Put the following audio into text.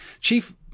chief